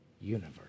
universe